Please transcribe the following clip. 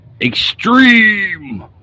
Extreme